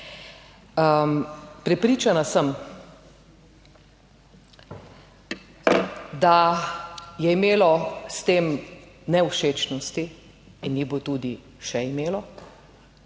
Prepričana sem, da je imelo s tem nevšečnosti in jih bo tudi še imelo.